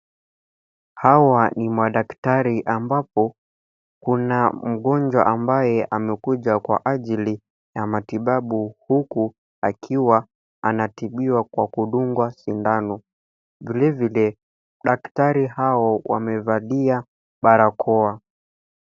Hawa ni madaktari ambapo kuna mgonjwa ambaye amekuja kwa ajili ya matibabu, huku akiwa anatibiwa kwa kudungwa sindano. Vilevile daktari hao wamevalia barakoa.